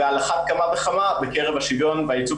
ועל אחת כמה וכמה בקרב השוויון והייצוג